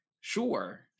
Sure